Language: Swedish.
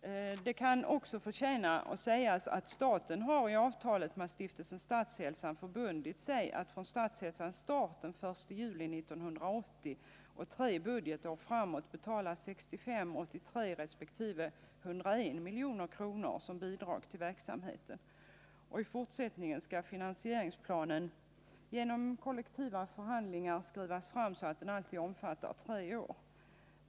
Det kan också förtjäna nämnas att staten har i avtalet med stiftelsen Statshälsan förbundit sig att från Statshälsans start den 1 juli 1980 och tre budgetår framåt betala 65, 83 resp. 101 milj.kr. som bidrag till verksamheten. I fortsättningen skall finansieringsplanen genom kollektiva förhandlingar skrivas fram, så att den alltid omfattar tre år.